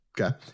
Okay